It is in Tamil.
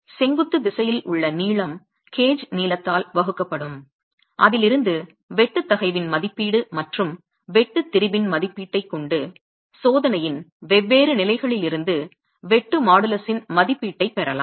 செங்குத்து திசையில் உள்ள நீளம் கேஜ் நீளத்தால் வகுக்கப்படும் அதில் இருந்து வெட்டு தகைவின் மதிப்பீடு மற்றும் வெட்டு திரிபின் மதிப்பீட்டைக் கொண்டு சோதனையின் வெவ்வேறு நிலைகளிலிருந்து வெட்டு மாடுலஸின் மதிப்பீட்டைப் பெறலாம்